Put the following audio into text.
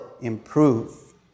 improve